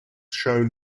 shown